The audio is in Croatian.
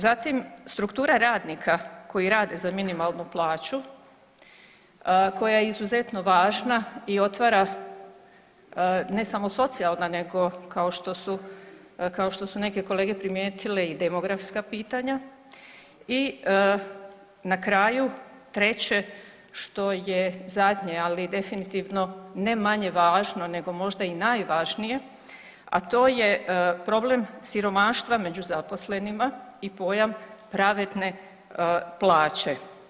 Zatim struktura radnika koji rade za minimalnu plaću, koja je izuzetno važna i otvara ne samo socijalna nego kao što su, kao što su neke kolege primijetile i demografska pitanja i na kraju treće, što je zadnje, ali definitivno ne manje važno nego možda i najvažnije, a to je problem siromaštva među zaposlenima i pojam pravedne plaće.